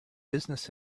business